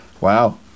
Wow